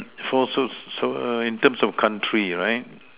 for so so err in terms of country right